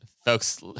folks